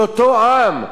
זה אותו עם,